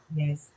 yes